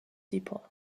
depot